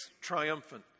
triumphant